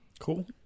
Cool